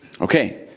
okay